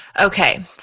Okay